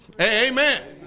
amen